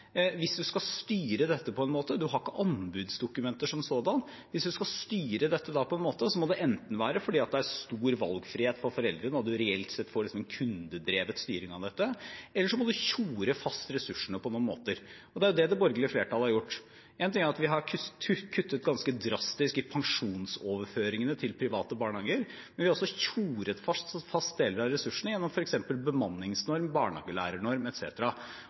enten være fordi det er stor valgfrihet for foreldrene og man reelt sett får liksom kundedrevet styring av dette, eller så må man tjore fast ressursene på noen måter. Det er det det borgerlige flertallet har gjort. Én ting er at vi har kuttet ganske drastisk i pensjonsoverføringene til private barnehager, men vi har også tjoret fast deler av ressursene gjennom f.eks. bemanningsnorm, barnehagelærernorm